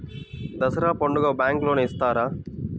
దసరా పండుగ bank loan ఇస్తారా?